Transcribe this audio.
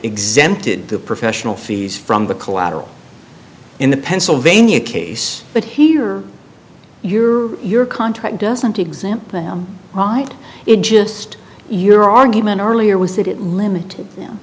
exempted the professional fees from the collateral in the pennsylvania case but here your your contract doesn't exempt them right it just your argument earlier was that it limit